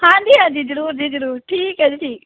ਹਾਂਜੀ ਹਾਂਜੀ ਜ਼ਰੂਰ ਜੀ ਜ਼ਰੂਰ ਠੀਕ ਹੈ ਜੀ ਠੀਕ